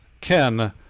Ken